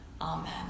Amen